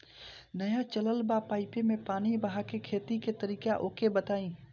नया चलल बा पाईपे मै पानी बहाके खेती के तरीका ओके बताई?